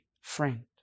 friend